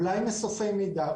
אולי מסופי מידע,